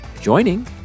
joining